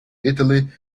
italy